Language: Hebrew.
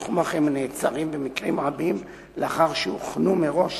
והם נעצרים במקרים רבים לאחר שהוכנו מראש